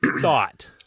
thought